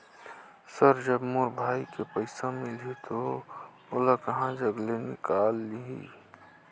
Sir जब मोर भाई के पइसा मिलही तो ओला कहा जग ले निकालिही?